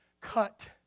cut